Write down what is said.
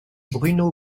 bruno